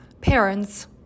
parents